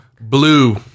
Blue